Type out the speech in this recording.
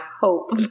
hope